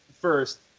first